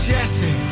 Jesse